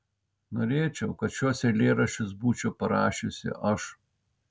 norėčiau kad šiuos eilėraščius būčiau parašiusi aš